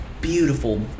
beautiful